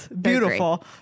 Beautiful